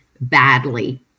badly